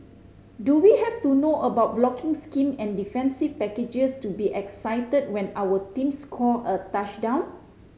do we have to know about blocking scheme and defensive packages to be excited when our team score a touchdown